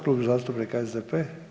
Klub zastupnika SDP.